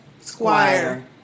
squire